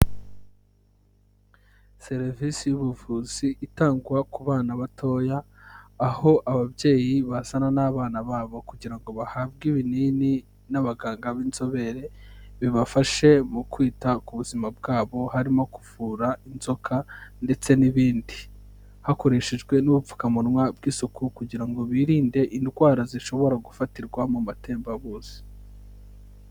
Serivisi y'ubuvuzi itangwa ku bana batoya, aho ababyeyi bazana n'abana babo kugira ngo bahabwe ibinini n'abaganga b'inzobere, bibafashe mu kwita ku buzima bwabo, harimo kuvura inzoka ndetse n'ibindi. Hakoreshejwe n'ubupfukamunwa bw'isuku kugira ngo birinde indwara zishobora gufatirwa mu matembabuzi.